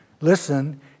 listen